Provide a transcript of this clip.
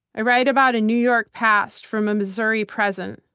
i write about a new york past from a missouri present.